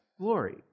glory